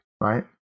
right